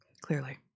clearly